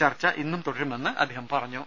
ചർച്ച ഇന്നും തുടരുമെന്ന് അദ്ദേഹം പറഞ്ഞു